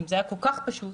אם זה היה כל כך פשוט